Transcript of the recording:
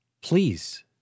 Please